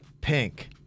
pink